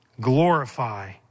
Glorify